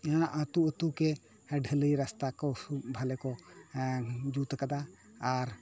ᱮᱱᱟᱱᱟᱜ ᱟᱛᱳᱼᱟᱛᱳ ᱜᱮ ᱰᱷᱟᱹᱞᱟᱹᱭ ᱨᱟᱥᱛᱟ ᱠᱚ ᱵᱷᱟᱞᱮ ᱠᱚ ᱡᱩᱛ ᱠᱟᱫᱟ ᱟᱨ